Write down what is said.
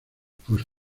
pues